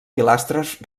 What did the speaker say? pilastres